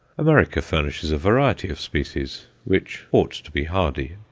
america furnishes a variety of species which ought to be hardy.